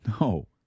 No